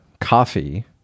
coffee